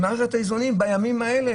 בימים האלה,